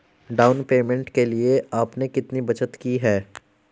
Down payment के लिए आपने कितनी बचत की है?